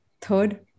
Third